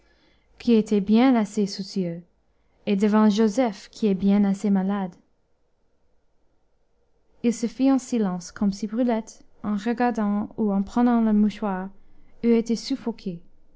qui était bien assez soucieux et devant joseph qui est bien assez malade il se fit un silence comme si brulette en regardant ou en prenant le mouchoir eût été suffoquée